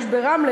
יש ברמלה,